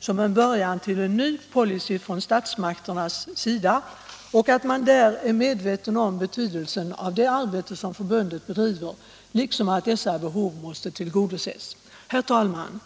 som början till en ny policy från statsmakternas sida och som ett tecken på att man är medveten om betydelsen av det arbete som förbundet bedriver liksom att dessa behov måste tillgodoses. Herr talman!